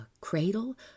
cradle